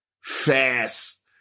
fast